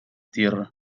tierra